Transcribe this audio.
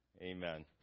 Amen